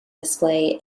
display